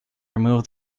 remove